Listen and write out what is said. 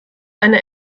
eine